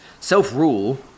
Self-rule